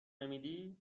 نمیدی